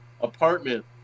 Apartment